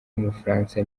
w’umufaransa